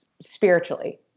spiritually